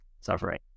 suffering